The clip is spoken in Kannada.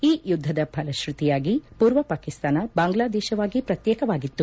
ಈ ಯುದ್ಧದ ಫಲಶ್ಪತಿಯಾಗಿ ಪೂರ್ವ ಪಾಕಿಸ್ತಾನ ಬಾಂಗ್ಲಾದೇಶವಾಗಿ ಪ್ರತ್ಯೇಕವಾಗಿತ್ತು